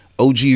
OG